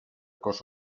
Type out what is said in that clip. cost